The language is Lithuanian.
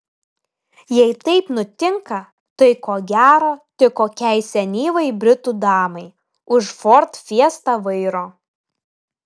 jei taip nutinka tai ko gero tik kokiai senyvai britų damai už ford fiesta vairo